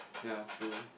ya true